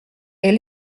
est